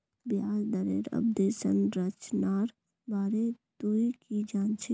ब्याज दरेर अवधि संरचनार बारे तुइ की जान छि